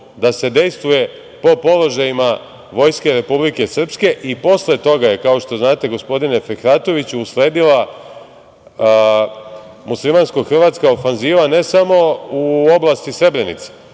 da se dejstvuje po položajima vojske Republike Srpke i posle toga je kao što znate, gospodine Fehratoviću, usledila mislimansko-hrvatska ofanziva ne samo u oblasti Srebrenice,